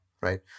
right